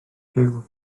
giw